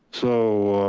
so